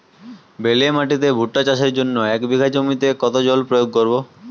বেলে মাটিতে ভুট্টা চাষের জন্য এক বিঘা জমিতে কতো জল প্রয়োগ করব?